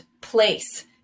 place